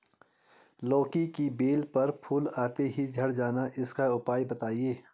लौकी की बेल पर फूल आते ही झड़ जाना इसका उपाय बताएं?